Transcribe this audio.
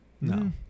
No